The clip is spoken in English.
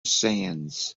sands